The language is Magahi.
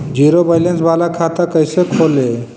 जीरो बैलेंस बाला खाता कैसे खोले?